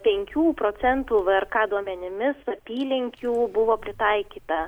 penkių procentų vrk duomenimis apylinkių buvo pritaikyta